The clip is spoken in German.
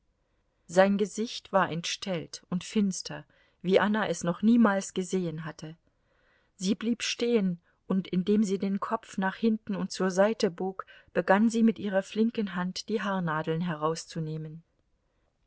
sein gesicht war entstellt und finster wie anna es noch niemals gesehen hatte sie blieb stehen und indem sie den kopf nach hinten und zur seite bog begann sie mit ihrer flinken hand die haarnadeln herauszunehmen